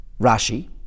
rashi